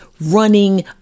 running